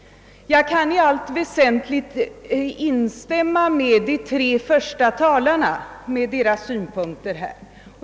Jag kan i allt väsentligt instämma i de tre första talarnas synpunkter.